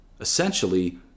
essentially